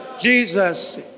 Jesus